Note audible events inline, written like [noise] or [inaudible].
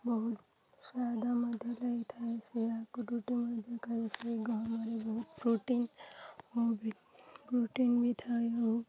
ବହୁତ ସ୍ୱାଦ ମଧ୍ୟ ଲାଗିଥାଏ ସେଇ ଆଗ ରୁଟି ମଧ୍ୟ [unintelligible] ବହୁତ ପ୍ରୋଟିନ୍ ଓ ବି ପ୍ରୋଟିନ୍ ବି ଥାଏ ଓ [unintelligible]